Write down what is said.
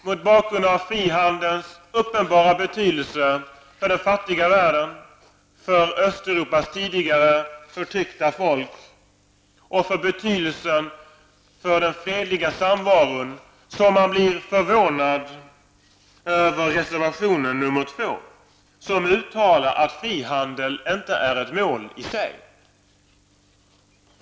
Mot bakgrund av frihandelns uppenbara betydelse för den fattiga världen, för Östeuropas tidigare förtryckta folk och för den fredliga samvaron blir man förvånad över reservation 2. Där uttalas att frihandeln inte är ett mål i sig.